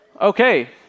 okay